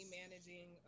managing